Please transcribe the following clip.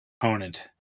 opponent